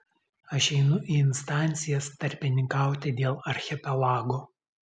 aš einu į instancijas tarpininkauti dėl archipelago